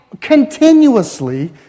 continuously